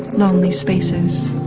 lonely spaces.